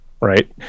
right